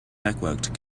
network